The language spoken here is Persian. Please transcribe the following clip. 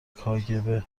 کاگب